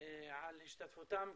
על השתתפותם,